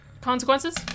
Consequences